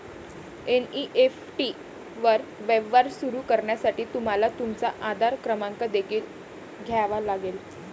NEFT वर व्यवहार सुरू करण्यासाठी तुम्हाला तुमचा आधार क्रमांक देखील द्यावा लागेल